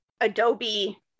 Adobe